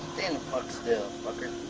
and fuck still, fucker.